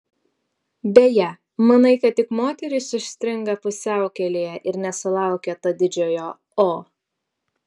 beje manai kad tik moterys užstringa pusiaukelėje ir nesulaukia to didžiojo o